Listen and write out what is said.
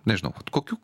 nežinau kokių